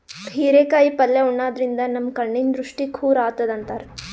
ಹಿರೇಕಾಯಿ ಪಲ್ಯ ಉಣಾದ್ರಿನ್ದ ನಮ್ ಕಣ್ಣಿನ್ ದೃಷ್ಟಿ ಖುರ್ ಆತದ್ ಅಂತಾರ್